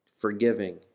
Forgiving